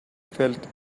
felt